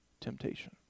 temptation